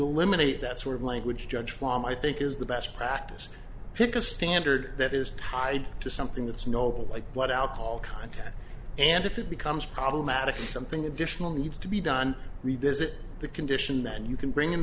eliminate that sort of language judge flom i think is the best practice pick a standard that is tied to something that's knowable like blood alcohol content and if it becomes problematic and something additional needs to be done revisit the condition then you can bring an